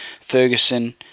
Ferguson